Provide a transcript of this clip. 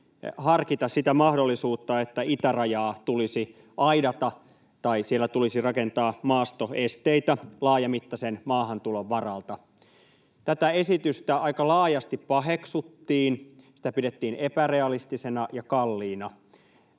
harkita sitä mahdollisuutta, että itärajaa tulisi aidata tai siellä tulisi rakentaa maastoesteitä laajamittaisen maahantulon varalta. Tätä esitystä aika laajasti paheksuttiin, [Tuomas Kettunen: Kallis!] sitä pidettiin epärealistisena ja kalliina.